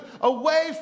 Away